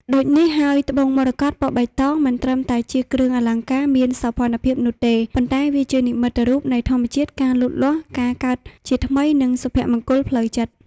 ដូចនេះហើយត្បូងមរកត ពណ៌បៃតង មិនត្រឹមតែជាគ្រឿងអលង្ការមានសោភ័ណភាពនោះទេ ប៉ុន្តែវាជានិមិត្តរូបនៃ ធម្មជាតិ ការលូតលាស់ ការកើតជាថ្មី និងសុភមង្គលផ្លូវចិត្ត។